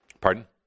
Pardon